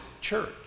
church